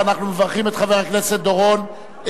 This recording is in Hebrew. ואנחנו מברכים את חבר הכנסת דורון,